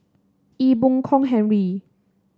Ee Boon Kong Henry